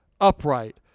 upright